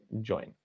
join